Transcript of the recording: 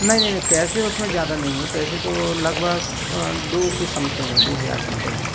नहीं नहीं नहीं पैसे उसमें ज़्यादा नहीं है पैसे तो लगभग अ दो के समथिंग हैं दो हज़ार समथिंग हैं